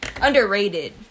Underrated